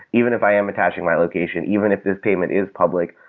even if i am attaching my location, even if this payment is public,